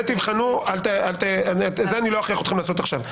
זה תבחנו, אני לא אכריח אתכם לעשות את זה עכשיו.